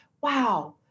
wow